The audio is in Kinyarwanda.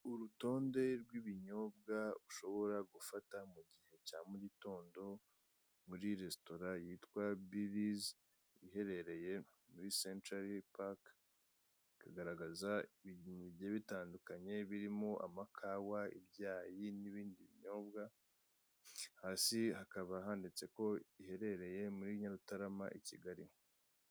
Urutonde rw'ibinyobwa ushobora gufata mu gihe cya mugitondo muri resitora byitwa bivizi iherereye muri sencari baga . Ikagaragaza ibintu bigiye bitandukanye birimo amakawa , ibyayi n'ibindi binyobwa , hasi hakaba handitseho ko iherereye muri Nyarutarama i Kigali.